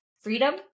freedom